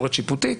ביקורת שיפוטית,